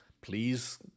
please